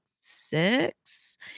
six